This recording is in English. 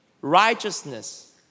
righteousness